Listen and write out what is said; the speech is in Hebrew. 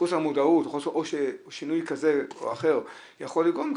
חוץ מהמודעות או ששינוי כזה או אחר יכול לגרום,